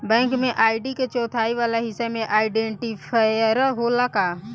Bank में ID के चौथाई वाला हिस्सा में आइडेंटिफैएर होला का?